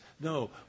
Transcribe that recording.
No